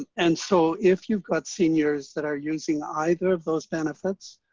and so if you've got seniors that are using either of those benefits,